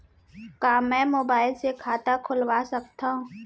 का मैं मोबाइल से खाता खोलवा सकथव?